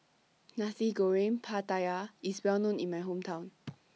Nasi Goreng Pattaya IS Well known in My Hometown